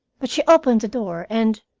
but she opened the door, and